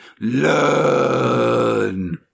learn